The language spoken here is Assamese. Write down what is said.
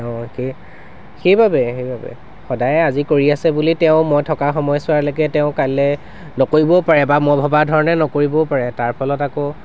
কি সেইবাবে সেইবাবে আজি কৰি আছে বুলি তেওঁ মই থকা সময়ছোৱালৈকে তেওঁ কালিলে নকৰিবও পাৰে বা মই ভবাৰ ধৰণে নকৰিবও পাৰে তাৰ ফলত আকৌ